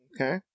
Okay